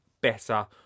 better